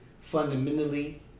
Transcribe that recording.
fundamentally